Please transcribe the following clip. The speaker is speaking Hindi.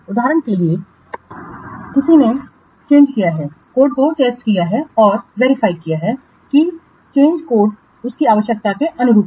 उदाहरण के लिए किसी ने चेंजड दिया गया है कोड का चेस्ट किया है और वेरीफाई किया है कि चेंजिंस कोड उनकी आवश्यकता के अनुरूप है